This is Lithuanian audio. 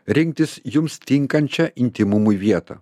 rinktis jums tinkančią intymumui vietą